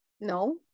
No